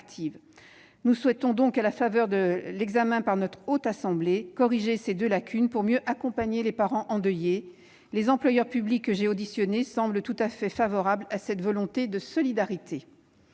Nous souhaitons donc, à la faveur de l'examen du texte par la Haute Assemblée, corriger ces deux lacunes afin de mieux accompagner les parents endeuillés. Du reste, les employeurs publics que j'ai auditionnés semblent tout à fait favorables à cette manifestation de solidarité.